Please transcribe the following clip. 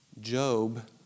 Job